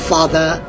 Father